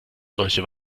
solche